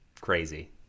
crazy